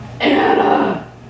Anna